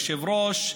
היושב-ראש,